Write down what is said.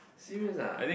serious ah